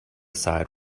side